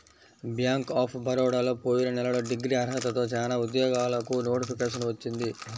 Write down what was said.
bank of బరోడాలో పోయిన నెలలో డిగ్రీ అర్హతతో చానా ఉద్యోగాలకు నోటిఫికేషన్ వచ్చింది